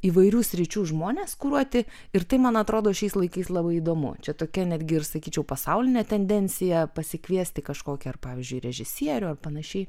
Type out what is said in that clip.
įvairių sričių žmones kuruoti ir tai man atrodo šiais laikais labai įdomu čia tokia netgi ir sakyčiau pasaulinė tendencija pasikviesti kažkokį ar pavyzdžiui režisierių ar panašiai